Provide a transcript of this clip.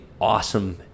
awesome